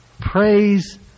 Praise